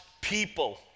people